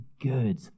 good